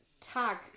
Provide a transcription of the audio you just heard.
Tag